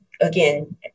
Again